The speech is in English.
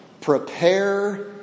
Prepare